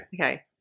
Okay